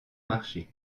marché